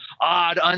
odd